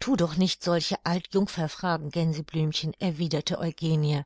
thu doch nicht solche alt jungferfragen gänseblümchen erwiderte eugenie